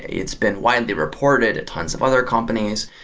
it's been widely reported at tons of other companies,